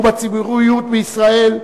ובציבוריות בישראל,